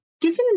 Given